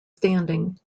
standing